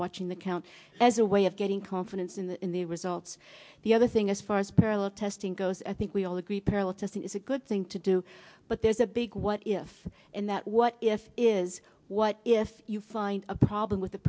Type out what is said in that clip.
watching the count as a way of getting confidence in the in the results the other thing as far as parallel testing goes i think we all agree parallel testing is a good thing to do but there's a big what ifs in that what if is what if you find a problem with the